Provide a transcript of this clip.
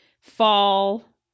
fall